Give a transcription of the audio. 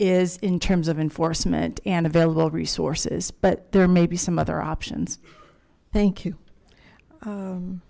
is in terms of enforcement and available resources but there may be some other options thank you